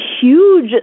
huge